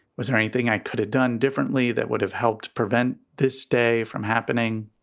was there anything i could have done differently that would have helped prevent this day from happening?